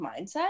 mindset